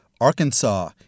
Arkansas